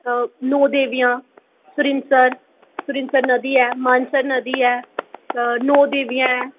नौ देवियां सरूईंसर सरूईंसर नदी ऐ मानसर नदी ऐ अच्छा नौ देवियां ऐ